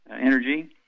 energy